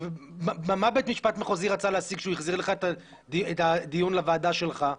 מה בית-משפט מחוזי רצה להשיג שהוא החזיר לך את הדיון לוועדה שלך?